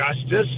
Justice